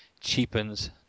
Cheapens